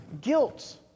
guilt